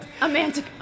Amanda